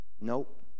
Nope